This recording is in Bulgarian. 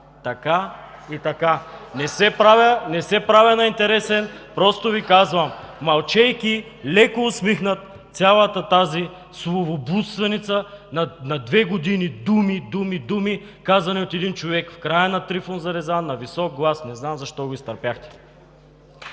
Смях.) Не се правя на интересен. Просто Ви казвам: мълчейки, леко усмихнат, цялата тази словоблудственица – на две години думи, думи, думи, казани от един човек в края на Трифон Зарезан на висок глас. Не знам защо го изтърпяхте?